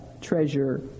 treasure